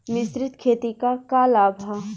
मिश्रित खेती क का लाभ ह?